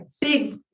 big